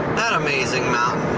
that amazing mountain.